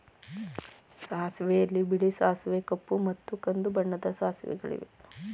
ಸಾಸಿವೆಯಲ್ಲಿ ಬಿಳಿ ಸಾಸಿವೆ ಕಪ್ಪು ಮತ್ತು ಕಂದು ಬಣ್ಣದ ಸಾಸಿವೆಗಳಿವೆ